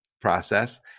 process